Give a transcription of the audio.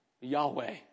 Yahweh